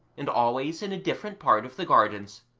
and always in a different part of the gardens.